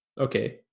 okay